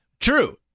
True